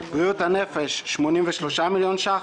בריאות הנפש 83 מיליון שקלים,